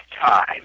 time